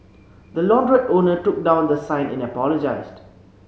the launderette owner took down the sign and apologised